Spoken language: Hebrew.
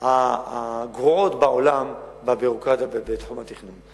הגרועות בעולם בביורוקרטיה בתחום התכנון.